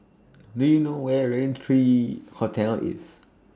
Do YOU know Where IS Raintree Hotel IS